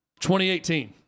2018